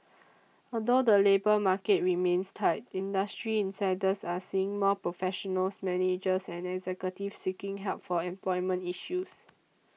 although the labour market remains tight industry insiders are seeing more professionals managers and executives seeking help for employment issues